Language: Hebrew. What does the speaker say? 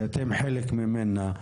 שאתם חלק ממנה,